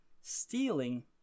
Stealing